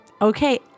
okay